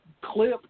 clip